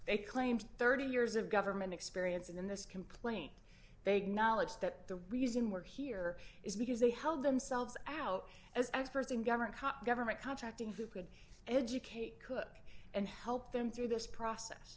they claimed thirty years of government experience in this complaint big knowledge that the reason we're here is because they held themselves out as experts in government top government contracting who could educate cook and help them through this process